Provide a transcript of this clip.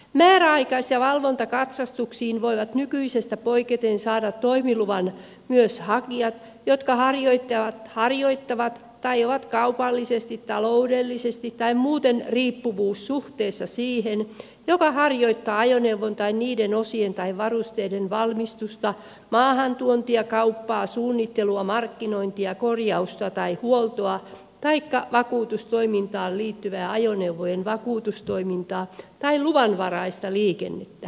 määräaikais ja valvontakatsastuksiin voivat nykyisestä poiketen saada toimiluvan myös hakijat jotka harjoittavat tai ovat kaupallisesti taloudellisesti tai muuten riippuvuussuhteessa siihen joka harjoittaa ajoneuvon tai niiden osien tai varusteiden valmistusta maahantuontia kauppaa suunnittelua markkinointia korjausta tai huoltoa taikka vakuutustoimintaan liittyvää ajoneuvojen vakuutustoimintaa tai luvanvaraista liikennettä